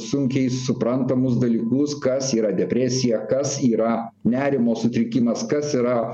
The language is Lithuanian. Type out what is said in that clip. sunkiai suprantamus dalykus kas yra depresija kas yra nerimo sutrikimas kas yra